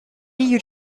you